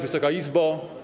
Wysoka Izbo!